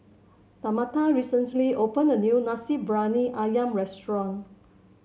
Tamatha recently opened a new Nasi Briyani ayam restaurant